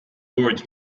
board